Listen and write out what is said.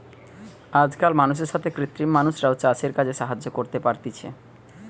আজকাল মানুষের সাথে কৃত্রিম মানুষরাও চাষের কাজে সাহায্য করতে পারতিছে